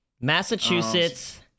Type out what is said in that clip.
Massachusetts